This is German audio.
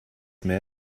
mehr